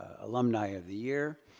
alumni of the year.